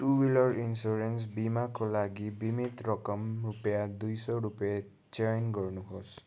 two wheeler insurance बिमाको लागि बिमित रकम रुपियाँ दुई सय रुपियाँ चयन गर्नुहोस्